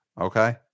okay